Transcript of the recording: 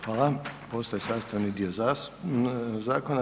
Hvala, postaje sastavni dio zakona.